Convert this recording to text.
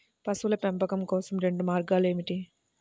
పశువుల పెంపకం కోసం రెండు మార్గాలు ఏమిటీ?